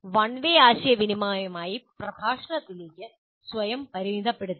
one way ആശയവിനിമയമായ പ്രഭാഷണത്തിലേക്ക് സ്വയം പരിമിതപ്പെടുത്തരുത്